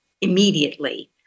immediately